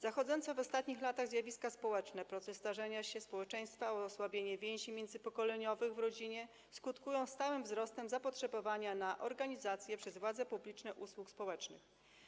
Zachodzące w ostatnich latach zjawiska społeczne, proces starzenia się społeczeństwa, osłabienie więzi międzypokoleniowych w rodzinie skutkują stałym wzrostem zapotrzebowania na organizację przez władze publiczne usług społecznych.